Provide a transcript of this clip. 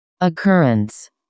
occurrence